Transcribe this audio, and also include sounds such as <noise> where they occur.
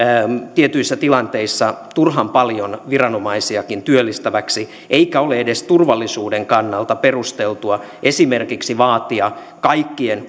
tietyissä tilanteissa turhan paljon viranomaisiakin työllistäväksi eikä ole edes turvallisuuden kannalta perusteltua esimerkiksi vaatia kaikkien <unintelligible>